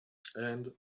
and